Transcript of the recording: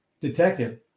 detective